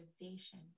motivation